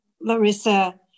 Larissa